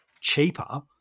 cheaper